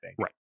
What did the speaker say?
Right